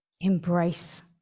embrace